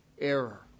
Error